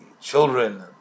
children